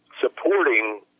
supporting